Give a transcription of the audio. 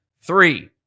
Three